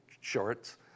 shorts